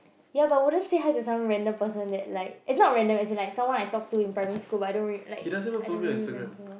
ya but wouldn't say hi to some random person that like it's not random it's like someone I talked to in primary school but I don't really like I don't really remember